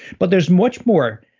but there's much more.